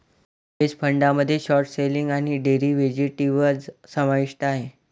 hedge फंडामध्ये short selling आणि derivatives समाविष्ट आहेत